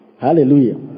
Hallelujah